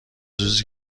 روزی